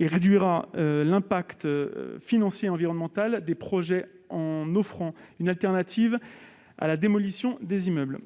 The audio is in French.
et réduira l'impact financier et environnemental des projets en offrant une alternative à la démolition des immeubles.